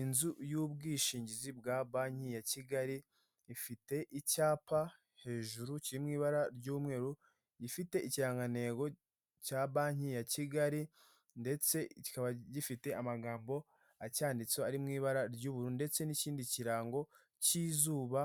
Inzu y'ubwishingizi bwa banki ya Kigali, ifite icyapa hejuru kiri mu ibara ry'umweru, gifite ikirangantego cya banki ya Kigali ndetse kikaba gifite amagambo acyanditseho ari mu ibara ry'ubururu ndetse n'ikindi kirango cy'izuba